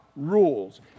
rules